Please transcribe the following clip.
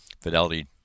fidelity